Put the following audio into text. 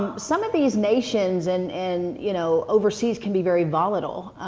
some of these nations, and and you know overseas can be very volatile.